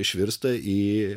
išvirsta į